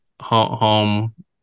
home